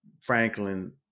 Franklin